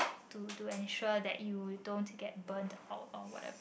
to to ensure that you don't to get burn or or whatever